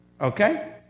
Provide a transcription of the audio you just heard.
Okay